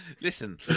Listen